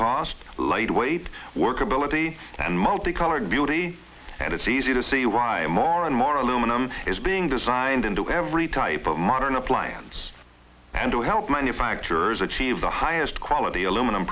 cost lightweight workability and multi colored beauty and it's easy to see why more and more aluminum is being designed into every type of modern appliance and to help manufacturers achieve the highest quality aluminum